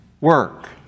work